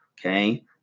okay